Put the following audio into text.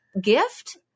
gift